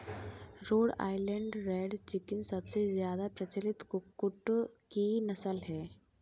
road Island Red chicken सबसे ज्यादा प्रचलित कुक्कुट की नस्ल है